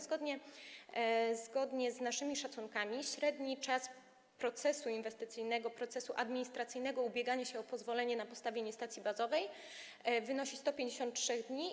Zgodnie z naszymi szacunkami średni czas procesu inwestycyjnego, procesu administracyjnego, ubieganie się o pozwolenie na postawienie stacji bazowej wynosi 153 dni.